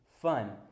fun